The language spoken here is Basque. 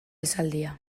esaldia